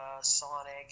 Sonic